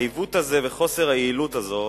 העיוות הזה וחוסר היעילות הזה,